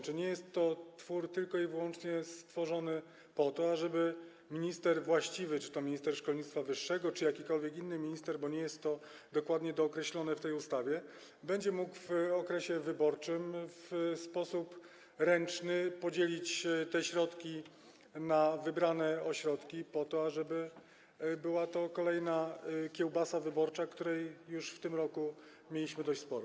Czy nie jest to twór stworzony tylko i wyłącznie po to, ażeby minister właściwy - czy to minister szkolnictwa wyższego, czy jakikolwiek inny minister, bo nie jest to dokładnie dookreślone w tej ustawie - mógł w okresie wyborczym ręcznie podzielić te środki na wybrane ośrodki po to, ażeby była to kolejna kiełbasa wyborcza, której już w tym roku mieliśmy sporo?